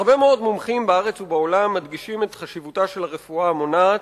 הרבה מאוד מומחים בארץ ובעולם מדגישים את חשיבותה של הרפואה המונעת